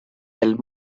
del